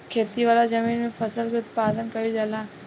खेती वाला जमीन में फसल के उत्पादन कईल जाला